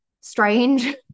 strange